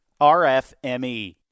RFME